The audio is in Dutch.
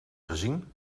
gezien